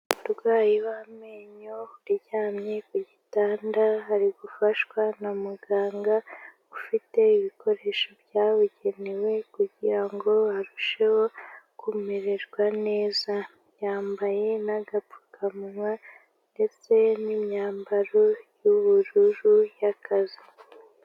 Umurwayi w'amenyo uryamye ku gitanda ari gufashwa na muganga, ufite ibikoresho byabugenewe kugira ngo arusheho kumererwa neza. Yambaye n'agapfukamunwa ndetse n'imyambaro y'ubururu y'akazi.